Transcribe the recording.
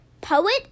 poet